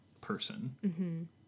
person